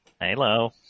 Hello